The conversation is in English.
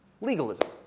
legalism